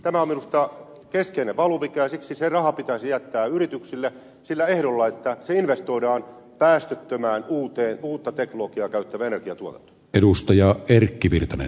tämä on minusta keskeinen valuvika ja siksi se raha pitäisi jättää yrityksille sillä ehdolla että se investoidaan päästöttömään uutta teknologiaa käyttävään energiantuotantoon